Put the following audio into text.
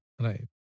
right